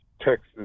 Texas